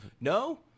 No